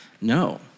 no